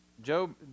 Job